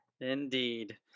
Indeed